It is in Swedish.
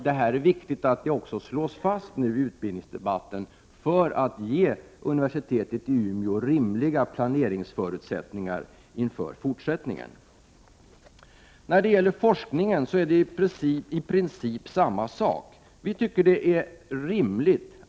Det är väsentligt attt detta slås fast i utbildningsdebatten för att ge universitetet i Umeå rimliga planeringsförutsättningar inför fortsättningen. När det gäller forskningen är det i princip samma sak.